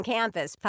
Campus